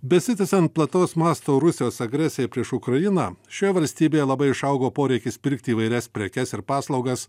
besitęsiant plataus masto rusijos agresijai prieš ukrainą šioje valstybėje labai išaugo poreikis pirkti įvairias prekes ir paslaugas